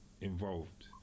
involved